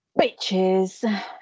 bitches